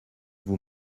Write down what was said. vous